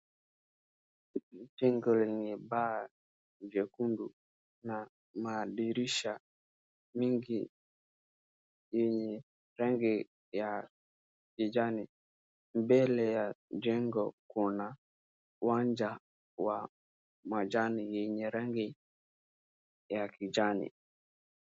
Jengo lenye paa jekundu na madirisha mingi yenye rangi ya kijani. Mbele ya jengo kuna uwanja wa majani yenye rangi ya kijani.